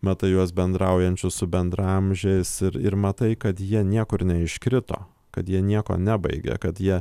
mata juos bendraujančius su bendraamžiais ir ir matai kad jie niekur neiškrito kad jie nieko nebaigė kad jie